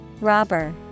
Robber